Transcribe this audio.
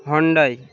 Hyundai